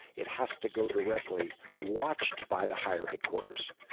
it has to go directly, watched by the higher headquarters.